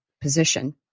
position